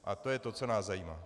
A to je to, co nás zajímá.